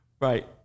Right